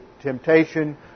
temptation